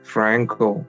Franco